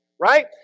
right